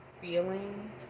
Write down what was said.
feeling